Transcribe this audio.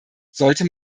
sollte